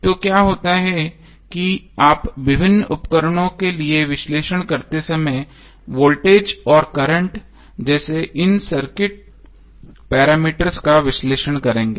तो क्या होता है कि आप विभिन्न उपकरणों के लिए विश्लेषण करते समय वोल्टेज और करंट जैसे इन सर्किट पैरामीटर्स का विश्लेषण करेंगे